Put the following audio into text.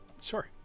Sure